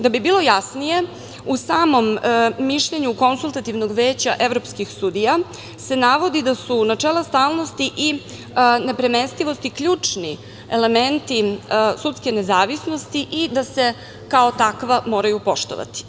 Da bi bilo jasnije, u samom mišljenju Konsultativnog veća evropskih sudija se navodi da su načela stalnosti i nepremestivosti, ključni elementi sudske nezavisnosti i da se kao takva moraju poštovati.